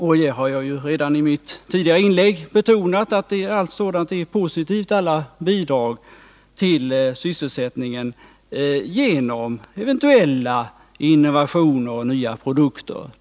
Jag har redan i mitt tidigare inlägg betonat det positiva med alla de bidrag till sysselsättningen som eventuellt kan göras genom innovationer och tillskott av nya produkter.